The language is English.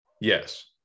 Yes